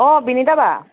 অঁ বিনীতা বা